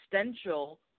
existential